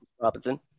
Robinson